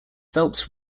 phelps